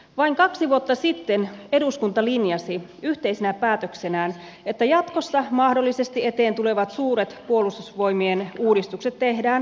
vain kaksi vuotta sitten eduskunta linjasi yhteisenä päätöksenään että jatkossa mahdollisesti eteen tulevat suuret puolustusvoimien uudistukset tehdään parlamentaariselta pohjalta